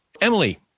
Emily